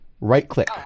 Right-click